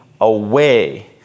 away